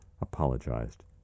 apologized